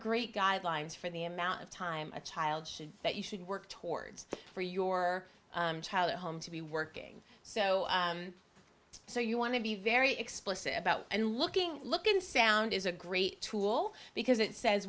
great guidelines for the amount of time a child should that you should work towards for your child at home to be working so so you want to be very explicit about and looking look and sound is a great tool because it says